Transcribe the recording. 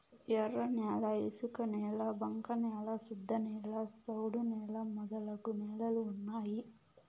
ఎర్రన్యాల ఇసుకనేల బంక న్యాల శుద్ధనేల సౌడు నేల మొదలగు నేలలు ఉన్నాయి